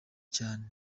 cyane